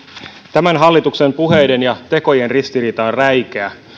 tämän hallituksen puheiden ja tekojen ristiriita on räikeä